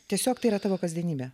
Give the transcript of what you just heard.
tiesiog tai yra tavo kasdienybė